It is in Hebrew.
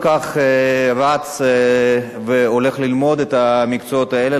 כך רץ והולך ללמוד את המקצועות האלה,